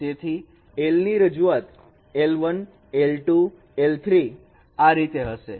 તેથી l ની રજૂઆત l1 l2 l3આ રીતે હશે